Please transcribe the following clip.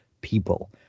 people